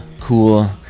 cool